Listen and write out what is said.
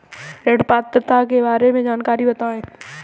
ऋण पात्रता के बारे में जानकारी बताएँ?